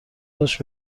داشت